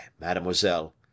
mademoiselle